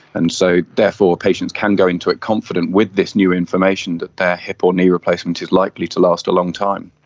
and so therefore patients can go into it confident with this new information that their hip or knee replacement is likely to last a long time.